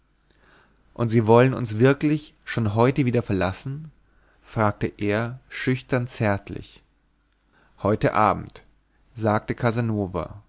und sie wollen uns wirklich schon morgen wieder verlassen fragte er schüchtern zärtlich heute abend sagte casanova